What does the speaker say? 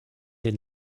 den